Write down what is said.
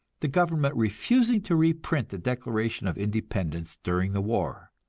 the government refusing to reprint the declaration of independence during the war,